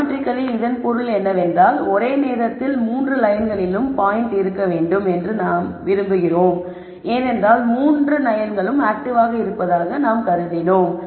ஜாமட்டரிகளி இதன் பொருள் என்னவென்றால் ஒரே நேரத்தில் 3 லயன்களிலும் பாயிண்ட் இருக்க வேண்டும் என்று நாங்கள் விரும்புகிறோம் ஏனென்றால் 3 லயன்களும் ஆக்டிவாக இருப்பதாக என்று நாம் கருதினோம்